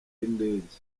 y’indege